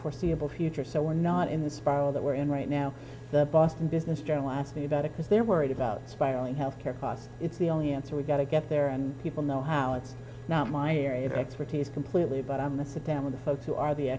foreseeable future so we're not in the spiral that we're in right now the boston business journal asked me about it because they're worried about spiraling health care costs it's the only answer we've got to get there and people know how it's not my area of expertise completely but i'm the sit down with the folks who are the